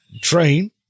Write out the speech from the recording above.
train